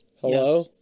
hello